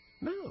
No